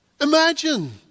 Imagine